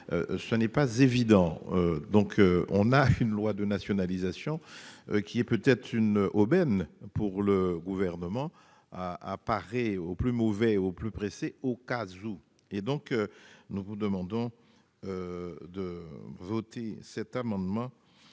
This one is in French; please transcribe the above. Ce n'est pas évident. Donc on a une loi de nationalisation. Qui est peut être une aubaine pour le gouvernement à à parer au plus mauvais au plus pressé. Au cas où. Et donc, nous vous demandons. De voter cet amendement.